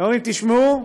הם אומרים: תשמעו,